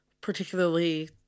particularly